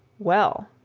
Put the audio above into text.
well,